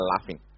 laughing